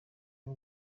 y’u